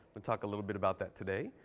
we'll talk a little bit about that today.